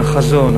החזון,